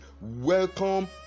Welcome